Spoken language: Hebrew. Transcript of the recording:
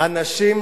"אנשים,